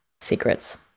secrets